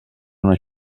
una